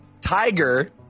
Tiger